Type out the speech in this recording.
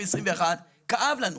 כאב לנו.